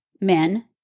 men